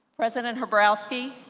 president hrabowski,